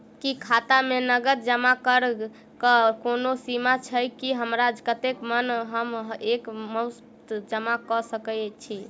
की खाता मे नगद जमा करऽ कऽ कोनो सीमा छई, की हमरा जत्ते मन हम एक मुस्त जमा कऽ सकय छी?